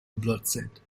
bloodshed